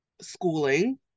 schooling